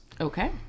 Okay